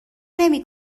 نمی